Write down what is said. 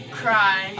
cry